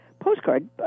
postcard